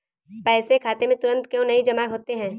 पैसे खाते में तुरंत क्यो नहीं जमा होते हैं?